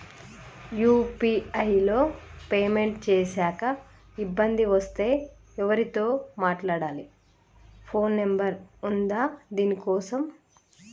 UPI లో payment చేశాక ఇబ్బంది వస్తే ఎవరితో మాట్లాడాలి? ఫోన్ నంబర్ ఉందా దీనికోసం?